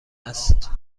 است